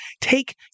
take